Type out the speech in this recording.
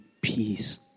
peace